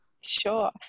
Sure